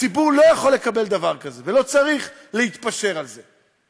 הציבור לא יכול לקבל דבר כזה ולא צריך להתפשר על זה.